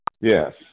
Yes